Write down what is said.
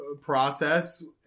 process